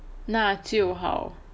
那就好